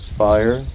fire